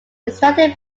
extracted